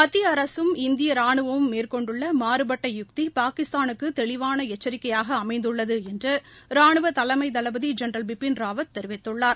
மத்திய அரசும் இந்திய ராணுவமும் மேற்கொண்டுள்ள மாறுபட்ட யுக்தி பாகிஸ்தானுக்கு தெளிவான எச்சிக்கையாக அமைந்துள்ளது என்று ராணுவ தலைமை தளபதி ஜெனரல் பிபின் ராவத் தெரிவித்தள்ளார்